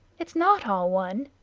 it's not all one.